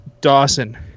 Dawson